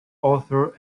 author